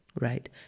right